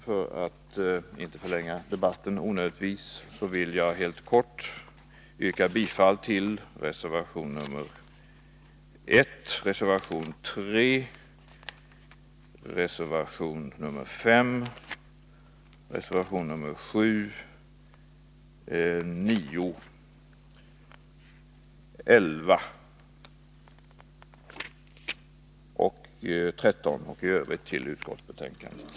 För att inte onödigtvis förlänga debatten vill jag helt kort yrka bifall till reservationerna 1, 3, 5, 7, 9, 11 och 13 och i övrigt till utskottets hemställan.